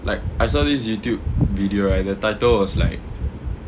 like I saw this Youtube video right the title was like